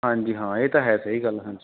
ਹਾਂਜੀ ਹਾਂ ਇਹ ਤਾਂ ਹੈ ਸਹੀ ਗੱਲ ਹਾਂਜੀ